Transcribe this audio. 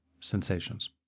Sensations